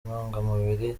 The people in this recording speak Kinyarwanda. intungamubiri